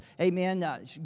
amen